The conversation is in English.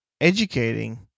educating